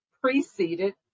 preceded